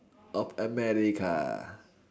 of America